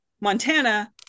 Montana